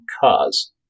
cars